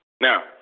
Now